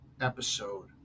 episode